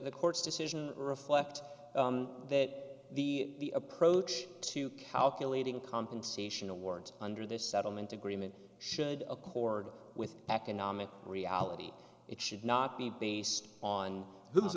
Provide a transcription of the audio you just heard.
the court's decision reflect that the approach to calculating compensation awards under this settlement agreement should accord with economic reality it should not be based on